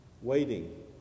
Waiting